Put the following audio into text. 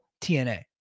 TNA